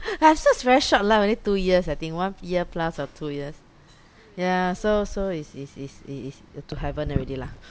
I have search very short lah maybe two years I think one year plus or two years yeah so so is is is it is to heaven already lah